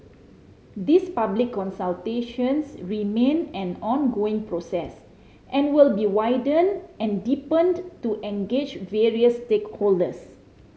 these public consultations remain an ongoing process and will be widened and deepened to engage various stakeholders